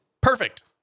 Perfect